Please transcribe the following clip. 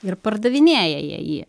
ir pardavinėja jie jį